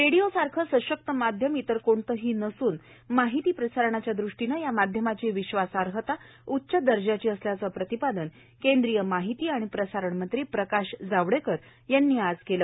radio सारखं सषक्त माध्यम कोणतंही नसून माहिती प्रसारणाच्या दृश्टीनं या माध्यमाची विष्वासार्हता उच्च दर्जाची असल्याचं प्रतिपादन केंद्रीय माहिती आणि प्रसारण मंत्री प्रकाष जावडेकर यांनी आज केलं